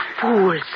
fools